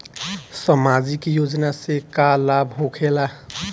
समाजिक योजना से का लाभ होखेला?